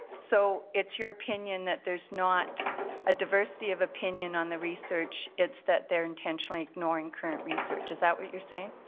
so it's your opinion that there's not a diversity of opinion on the research, it's that they're intentionally ignoring current research. is that what you're saying?